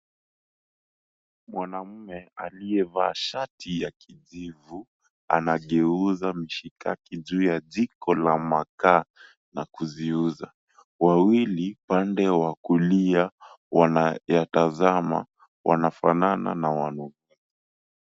Mwanaume aliyevaa shati ya kijivu anageuza mishikaki juu ya jiko la makaa na kuziuza, wawili pande wa kulia wanayatazama wanafanana na wanunuzi.